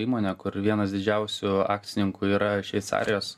įmonė kur vienas didžiausių akcininkų yra šveicarijos